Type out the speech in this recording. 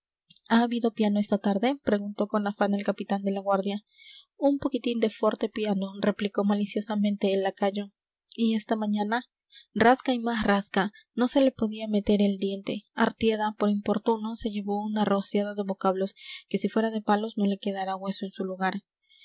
ha habido piano esta tarde preguntó con afán el capitán de la guardia un poquitín de forte piano replicó maliciosamente el lacayo y esta mañana rasca y más rasca no se le podía meter el diente artieda por importuno se llevó una rociada de vocablos que si fuera de palos no le quedara hueso en su lugar